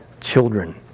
children